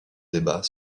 débat